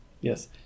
Yes